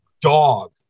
dog